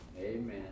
Amen